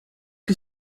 que